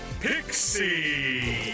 Pixie